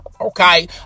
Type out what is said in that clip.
okay